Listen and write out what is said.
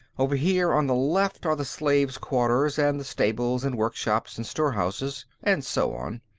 over here, on the left, are the slaves' quarters and the stables and workshops and store houses and so on.